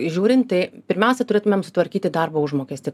žiūrint tai pirmiausia turėtumėm sutvarkyti darbo užmokestį